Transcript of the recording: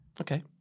Okay